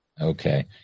Okay